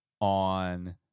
on